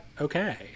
okay